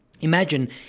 Imagine